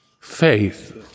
faith